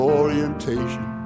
orientation